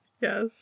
yes